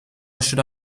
should